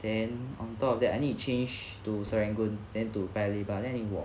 then on top of that I need change to serangoon then to paya lebar then 我